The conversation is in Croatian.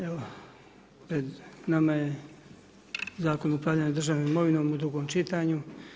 Evo, pred nama je Zakon o upravljanju držanom imovinom u drugom čitanju.